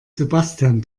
sebastian